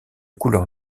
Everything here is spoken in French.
couleur